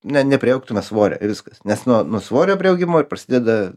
na nepriaugtume svorio i viskas nes nuo nuo svorio priaugimo ir prasideda